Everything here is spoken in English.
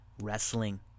Wrestling